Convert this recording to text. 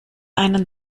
einen